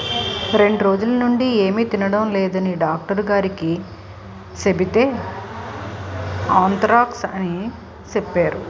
రెండ్రోజులనుండీ ఏమి తినడం లేదని డాక్టరుగారికి సెబితే ఆంత్రాక్స్ అని సెప్పేరు